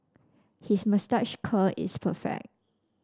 his moustache curl is perfect